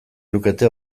lukete